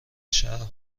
شهر